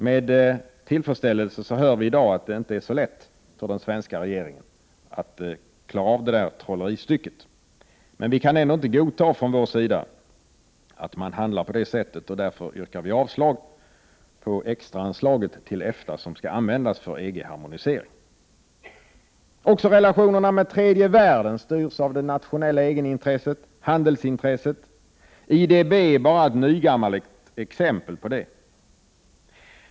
Med tillfredsställelse hör vi i dag att det inte är så lätt för den svenska regeringen att klara av det trolleristycket. Men vi kan ändå inte från vår sida godta att man handlar på det sättet, och därför yrkar vi avslag på det extra anslag till EFTA som skall användas för EG-harmonisering. Också relationerna till tredje världen styrs av det nationella egenintresset — handelsintresset. IDB är bara ett nygammalt exempel på det.